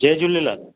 Jay Jhulelal